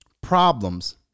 problems